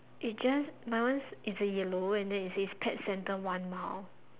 it just my one is a yellow and then it says pet center one mile